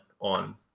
on